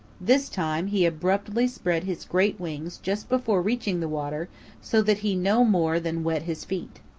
this time he abruptly spread his great wings just before reaching the water so that he no more than wet his feet.